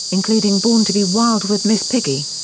including born to be wild with miss piggy.